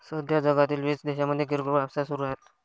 सध्या जगातील वीस देशांमध्ये किरकोळ व्यवसाय सुरू आहेत